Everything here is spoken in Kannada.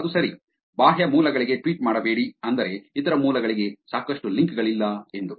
ಅದು ಸರಿ ಬಾಹ್ಯ ಮೂಲಗಳಿಗೆ ಟ್ವೀಟ್ ಮಾಡಬೇಡಿ ಅಂದರೆ ಇತರ ಮೂಲಗಳಿಗೆ ಸಾಕಷ್ಟು ಲಿಂಕ್ ಗಳಿಲ್ಲ ಎಂದು